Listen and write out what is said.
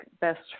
best